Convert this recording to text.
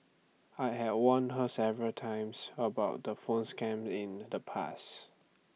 I had warned her several times about the phone scams in the past